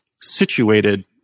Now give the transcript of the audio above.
situated